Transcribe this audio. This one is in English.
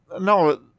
no